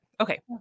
Okay